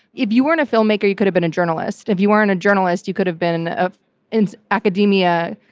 if you weren't a filmmaker, you could've been a journalist. if you weren't a journalist, you could've been ah in academia,